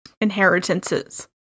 inheritances